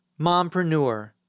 Mompreneur